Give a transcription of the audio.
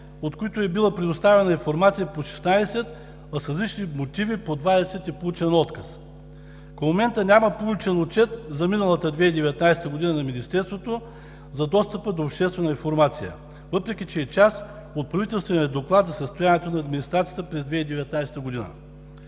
от които е била предоставена информация по 16, а с различни мотиви по 20 е получен отказ. Към момента няма получен отчет за миналата 2019 г. на Министерството за достъпа до обществена информация, въпреки че е част от правителствения Доклад за състоянието на администрацията през 2019 г.